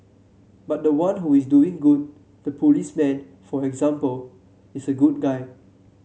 but the one who is doing good the policeman for example is a good guy